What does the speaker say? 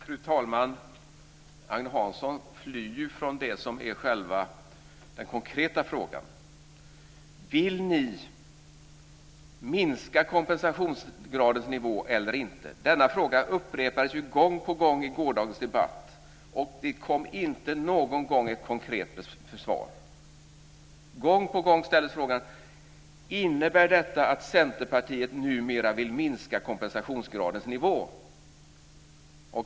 Fru talman! Agne Hansson flyr ju från den konkreta frågan. Vill ni minska kompensationsgradens nivå eller inte? Denna fråga upprepades gång på gång i gårdagens debatt, och det kom inte någon gång ett konkret svar. Gång på gång ställdes frågan: Innebär detta att Centerpartiet numera vill minska kompensationsgradens nivå?